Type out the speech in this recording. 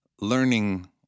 learning